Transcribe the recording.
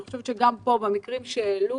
אני חושבת שגם כאן, במקרים שהועלו,